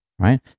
right